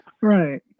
right